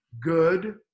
good